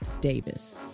Davis